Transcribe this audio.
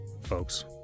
folks